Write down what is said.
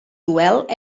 duel